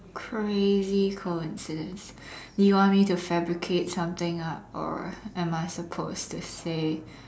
crazy coincidence you want me to fabricate something up or am I supposed to say